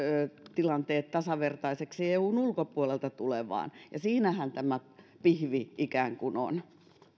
tilanteet tasavertaiseksi eun ulkopuolelta tulevaan siinähän tämä pihvi on